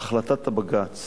החלטת בג"ץ